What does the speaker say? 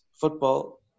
football